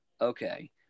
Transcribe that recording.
okay